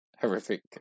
horrific